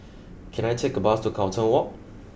can I take a bus to Carlton Walk